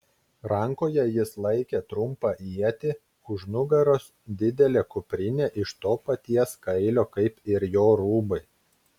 rankoje jis laikė trumpą ietį už nugaros didelė kuprinė iš to paties kailio kaip ir jo rūbai